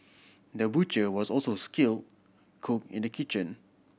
the butcher was also skill cook in the kitchen